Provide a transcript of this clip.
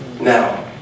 now